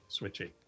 Switchy